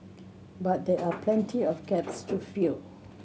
but there are plenty of gaps to fill